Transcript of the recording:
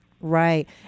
Right